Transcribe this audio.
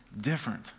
Different